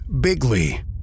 Bigley